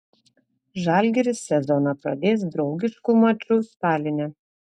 žalgiris sezoną pradės draugišku maču taline